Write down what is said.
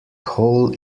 hole